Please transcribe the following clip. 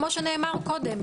כמו שנאמר קודם,